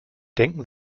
denken